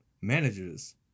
managers